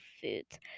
foods